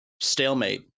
stalemate